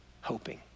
hoping